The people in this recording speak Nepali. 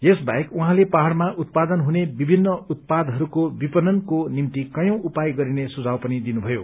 यस बाहेक उहाँले पहाड़मा उत्पादन हुने विभिन्न उत्पादहरूको विपणनको निम्ति कवौं उपाय गरिने सुझाव पनि दिनुभयो